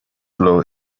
flow